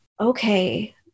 okay